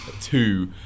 two